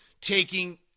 taking